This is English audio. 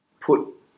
put